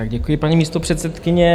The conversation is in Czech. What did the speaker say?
Děkuji, paní místopředsedkyně.